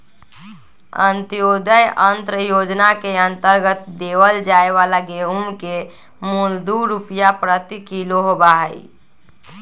अंत्योदय अन्न योजना के अंतर्गत देवल जाये वाला गेहूं के मूल्य दु रुपीया प्रति किलो होबा हई